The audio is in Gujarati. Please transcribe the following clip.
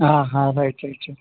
હા હા રાઇટ રાઇટ રાઇટ